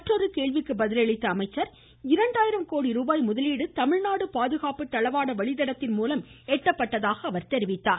மற்றொரு கேள்விக்கு பதில் அளித்த அவர் இரண்டாயிரம் கோடி ரூபாய் முதலீடு தமிழ்நாடு பாதுகாப்பு தளவாட வழிதடத்தின் மூலம் எட்டப்பட்டிருப்பதாக அவர் கூறினார்